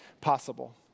possible